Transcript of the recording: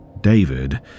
David